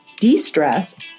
de-stress